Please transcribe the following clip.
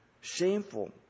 shameful